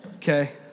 Okay